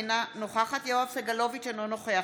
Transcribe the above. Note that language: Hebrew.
אינה נוכחת יואב סגלוביץ' אינו נוכח